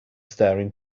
staring